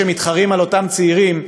כשמתחרים על אותם צעירים,